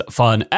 fun